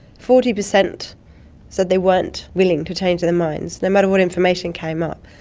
forty percent said they weren't willing to change their minds, no matter what information came up.